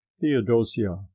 Theodosia